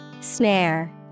Snare